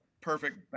perfect